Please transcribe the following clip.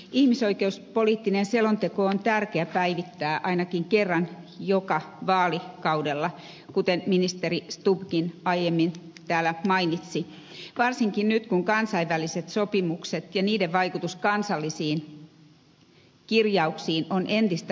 ihmisoikeuspoliittinen selonteko on tärkeä päivittää ainakin kerran joka vaalikaudella kuten ministeri stubbkin aiemmin täällä mainitsi varsinkin nyt kun kansainväliset sopimukset ja niiden vaikutukset kansallisiin kirjauksiin ovat entistä merkittävämpiä